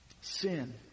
Sin